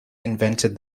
invented